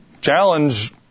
challenge